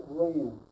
ran